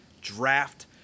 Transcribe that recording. draft